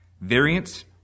variance